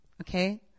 okay